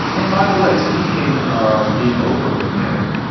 and by the way, speaking of being overly mannered,